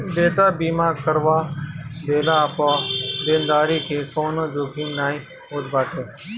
देयता बीमा करवा लेहला पअ देनदारी के कवनो जोखिम नाइ होत बाटे